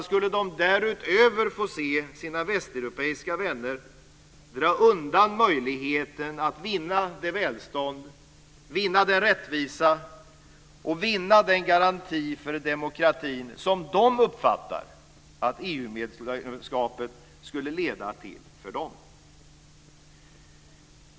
Skulle de därutöver få se sina västeuropeiska vänner dra undan möjligheten att vinna det välstånd, vinna den rättvisa och vinna den garanti för demokratin som de uppfattar att EU medlemskapet skulle leda till för dem?